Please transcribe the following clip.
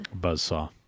Buzzsaw